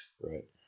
Right